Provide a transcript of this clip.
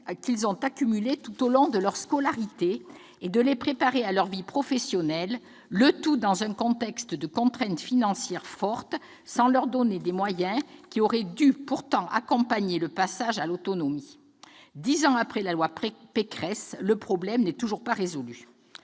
qu'ils ont accumulées tout le long de leur scolarité et de les préparer à leur vie professionnelle, le tout dans un contexte de contraintes financières fortes, sans leur donner les moyens qui auraient dû accompagner le passage l'autonomie. Dix ans après l'adoption de la loi Pécresse, le problème n'est pas résolu.